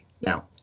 Now